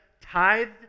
tithed